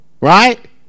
right